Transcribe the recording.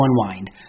unwind